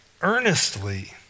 earnestly